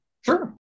sure